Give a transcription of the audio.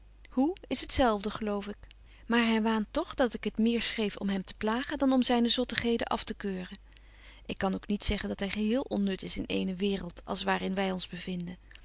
hoe is het zelfde geloof ik maar hy waant toch dat ik het meer schreef om hem te plagen dan om zyne zottigheden aftekeuren ik kan ook niet zeggen dat hy geheel onnut is in eene waereld als waar in wy ons bevinden